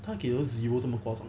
他给都 zero 怎么夸张